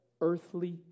earthly